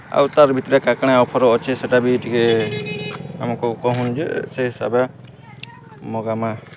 ଆଉ ତାର୍ ଭିତ୍ରେ କାକାଣା ଅଫର୍ ଅଛେ ସେଟା ବି ଟିକେ ଆମ୍କୁ କହୁନ୍ ଯେ ସେ ହିସାବେ ମଗାମା